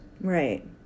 Right